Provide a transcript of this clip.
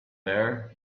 there